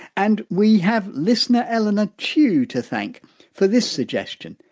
and we have listener, eleanor chu to thank for this suggestion,